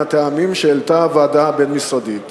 מהטעמים שהעלתה הוועדה הבין-משרדית.